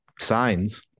signs